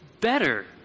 better